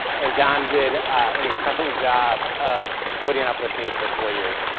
and john did an incredible job of putting up with me for four years.